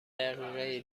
دقیقه